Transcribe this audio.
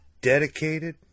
dedicated